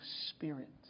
spirit